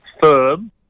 firm